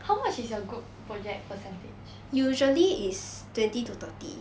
how much is your good project percentage